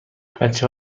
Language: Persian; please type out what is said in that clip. بچه